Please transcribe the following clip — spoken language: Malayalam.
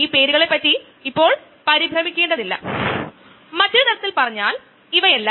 നമ്മൾ പ്രോബ്ലം ചെയ്യുന്നതിനുമുമ്പ് ഒരു കാര്യം കൂടി പറയാം